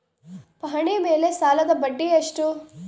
ಪಹಣಿ ಮೇಲೆ ಸಾಲದ ಬಡ್ಡಿ ಎಷ್ಟು?